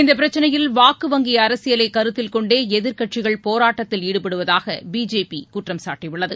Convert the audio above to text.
இந்த பிரச்சனையில் வாக்கு வங்கி அரசியலை கருத்தில் கொண்டே எதிர்க்கட்சிகள் போராட்டத்தில் ஈடுபடுவதாக பிஜேபி குற்றம் சாட்டியுள்ளது